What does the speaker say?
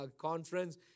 conference